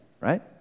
right